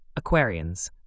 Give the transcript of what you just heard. Aquarians